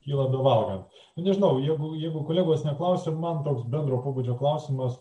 kyla bevalgant nu nežinau jeigu jeigu kolegos neklausia man toks bendro pobūdžio klausimas